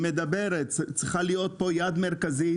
צריכה להיות יד מרכזית,